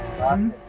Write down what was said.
one